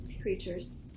creatures